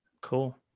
Cool